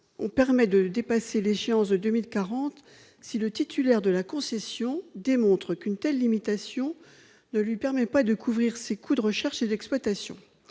autoriser le dépassement de l'échéance de 2040 si le titulaire de la concession démontre que cette limitation ne lui permet pas de couvrir ses coûts de recherche et d'exploitation.